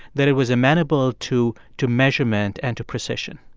that it was amenable to to measurement and to precision?